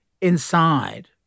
inside